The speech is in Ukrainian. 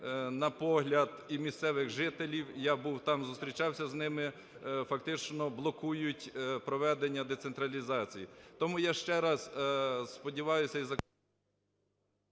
на погляд і місцевих жителів, я був там, зустрічався з ними, фактично блокують проведення децентралізації. Тому я ще раз сподіваюся… ГОЛОВУЮЧИЙ.